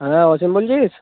হ্যাঁ অসীম বলছিস